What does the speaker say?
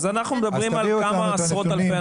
אז אנחנו מדברים על כמה עשרות אלפי אנשים.